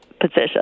position